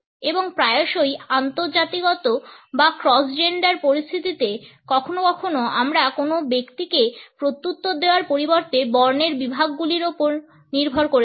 এবং প্রায়শই আন্তঃজাতিগত বা ক্রস জেন্ডার পরিস্থিতিতে কখনও কখনও আমরা কোনও ব্যক্তিকে প্রত্যুত্তর দেওয়ার পরিবর্তে বর্ণের বিভাগগুলির উপর নির্ভর করে থাকি